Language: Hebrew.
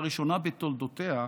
לראשונה בתולדותיה,